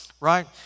right